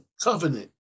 covenant